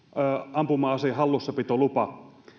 ampuma aseen hallussapitolupa